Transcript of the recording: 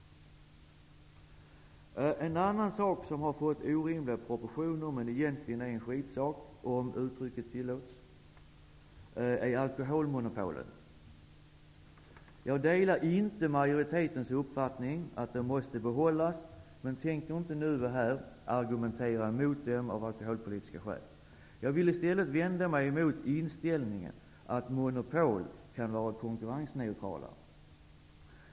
En annan sak som har fått orimliga proportioner, men som egentligen är en skitsak, om uttrycket tillåts, är alkoholmonopolen. Jag delar inte majoritetens uppfattning att de måste behållas, men jag tänker inte nu och här argumentera mot dem av alkoholpolitiska skäl. Jag vill i stället vända mig mot inställningen att monopol kan vara konkurrensneutrala.